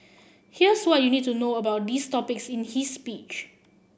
here's what you need to know about these topics in his speech